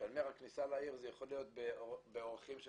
כשאני אומר הכניסה לעיר, זה יכול להיות באורכים של